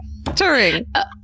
Turing